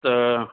تو